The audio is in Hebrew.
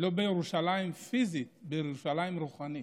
לא בירושלים פיזית, בירושלים רוחנית.